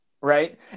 Right